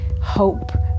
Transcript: hope